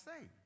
say